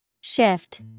Shift